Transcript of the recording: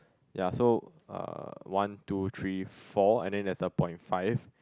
yea so uh one two three four and then there's a point five